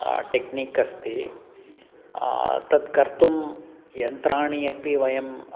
technique अस्ति तत् कर्तुं यन्त्राणि अपि वयं